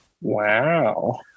Wow